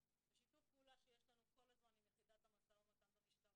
ושיתוף פעולה שיש לנו כל הזמן עם יחידת המשא ומתן במשטרה,